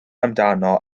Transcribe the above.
amdano